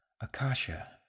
Akasha